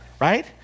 Right